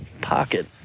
pocket